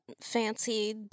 fancy